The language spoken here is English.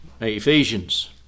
Ephesians